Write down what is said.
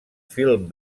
film